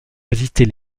résister